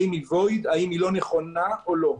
האם אינה נכונה או לא.